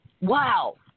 Wow